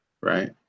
right